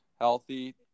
healthy